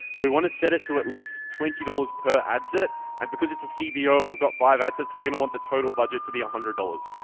we want to set it to at least twenty dollars per ad set, and because it's a cbo and we've got five ad sets, we're going to want the total budget to be one ah hundred dollars.